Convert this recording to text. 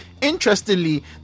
Interestingly